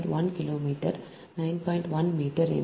17 metre